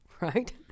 right